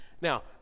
Now